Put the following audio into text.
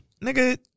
nigga